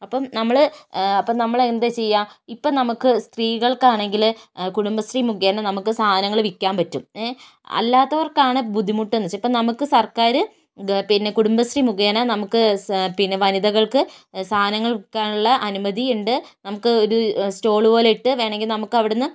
അപ്പം നമ്മൾ അപ്പം നമ്മൾ എന്താ ചെയ്യുക ഇപ്പോൾ നമുക്ക് സ്ത്രീകൾക്കാണെങ്കിൽ കുടുംബ ശ്രീ മുഖേന നമുക്ക് സാധനങ്ങൾ വിൽക്കാൻ പറ്റും അല്ലാത്തവർക്കാണെ ബുദ്ധിമുട്ടാണ് ഇപ്പം നമുക്ക് സർക്കാർ പിന്നെ കുടുംബ ശ്രീ മുഖേന നമുക്ക് സ പിന്നെ വനിതകൾക്ക് സാധനങ്ങൾ വിൽക്കാനുള്ള അനുമതി ഉണ്ട് നമുക്ക് ഒരു സ്റ്റോൾ പോലെ ഇട്ട് വേണമെങ്കിൽ നമുക്ക് അവിടെ നിന്ന്